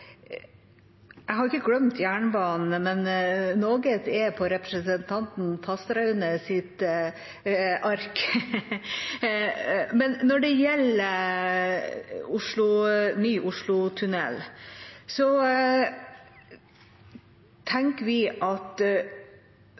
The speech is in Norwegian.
Jeg har ikke glemt jernbanen, men noe er på representanten Fasteraunes ark. Når det gjelder ny Oslotunnel,